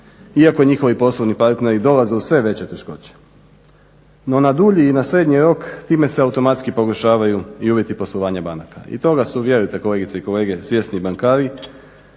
iako njihovi poslovni partneri dolaze u sve veće teškoće. No na dulji i na srednji rok time se automatski pogoršavaju i uvjeti poslovanja banaka. I toga su, vjerujte kolegice i kolege, svjesni i bankari.